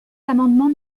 l’amendement